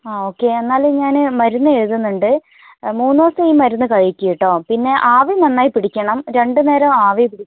ആ ഓക്കെ എന്നാലും ഞാന് മരുന്ന് എഴുതുന്നുണ്ട് മൂന്നുദിവസം ഈ മരുന്ന് കഴിക്ക് കേട്ടോ പിന്നെ ആവി നന്നായി പിടിക്കണം രണ്ട് നേരം ആവി പിടി